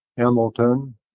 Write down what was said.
Hamilton